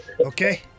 okay